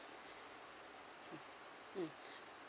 mm